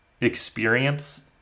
experience